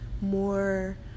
more